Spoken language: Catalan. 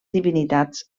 divinitats